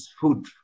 food